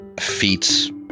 feats